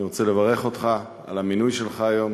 אני רוצה לברך אותך על המינוי שלך היום.